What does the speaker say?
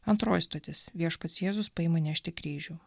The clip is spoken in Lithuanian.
antroji stotis viešpats jėzus paima nešti kryžių